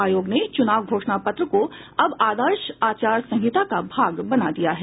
आयोग ने चुनाव घोषणा पत्र को अब आदर्श आचार संहिता का भाग बना दिया है